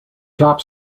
top